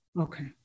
Okay